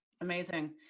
Amazing